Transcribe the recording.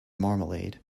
marmalade